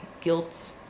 guilt